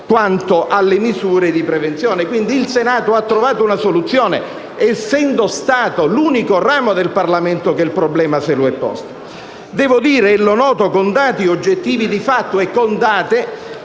quanto alle misure di prevenzione. Quindi, il Senato ha trovato una soluzione, essendo stato l'unico ramo del Parlamento che si è posto il problema. Noto, con dati oggettivi di fatto e con date,